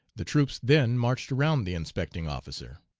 the troops then marched around the inspecting officer.